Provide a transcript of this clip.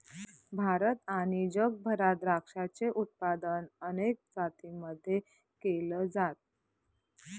भारत आणि जगभरात द्राक्षाचे उत्पादन अनेक जातींमध्ये केल जात